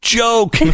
joke